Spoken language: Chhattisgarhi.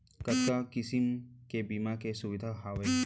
कतका किसिम के बीमा के सुविधा हावे?